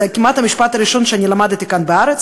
זה כמעט המשפט הראשון שלמדתי כאן בארץ.